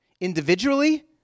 individually